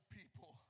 people